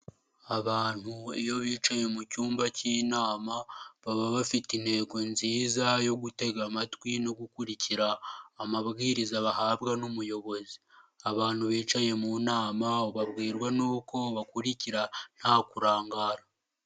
Abantu iyo bicaye mu cyumba cy'inama baba bafite intego nziza yo gutega amatwi no gukurikira amabwiriza bahabwa n'umuyobozi, abantu bicaye mu nama ubabwirwa n'uko bakurikira nta kurangara.